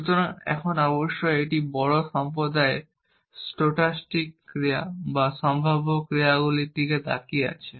সুতরাং এখন অবশ্যই একটি বড় সম্প্রদায় স্টোকাস্টিক ক্রিয়া বা সম্ভাব্য ক্রিয়াগুলির দিকে তাকিয়ে আছে